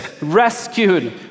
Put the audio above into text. rescued